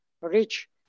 rich